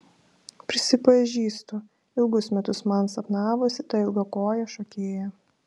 prisipažįstu ilgus metus man sapnavosi ta ilgakojė šokėja